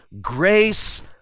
grace